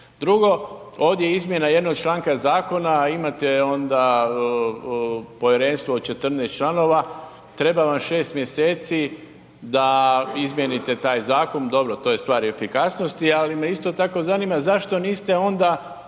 Drugo, ovdje izmjena jednog članka zakona, imate onda povjerenstvo od 14 članka, treba vam 6 mj. da izmijenite taj zakon, dobro to je stvar efikasnosti ali me isto tako zanima zašto niste onda